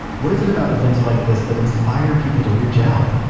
what is it about events like this that inspire people to reach out?